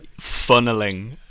funneling